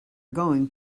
going